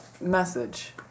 message